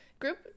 group